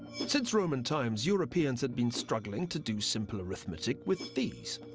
since roman times, europeans had been struggling to do simple arithmetic with these.